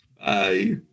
bye